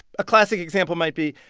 a classic example might be,